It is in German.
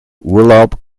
urlaub